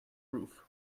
roof